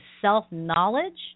self-knowledge